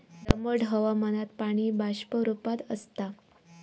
दमट हवामानात पाणी बाष्प रूपात आसता